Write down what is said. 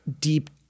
deep